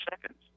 seconds